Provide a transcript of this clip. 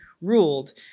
ruled